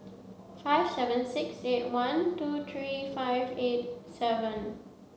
five seven six eight one two three five eight seven